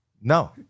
No